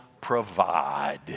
provide